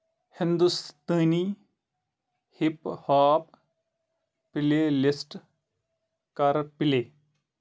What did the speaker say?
ہندوستٲنی hip hop playlist کر play